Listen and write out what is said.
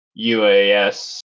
UAS